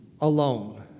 alone